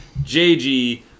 JG